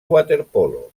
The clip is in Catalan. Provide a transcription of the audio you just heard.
waterpolo